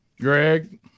Greg